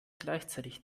gleichzeitig